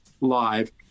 live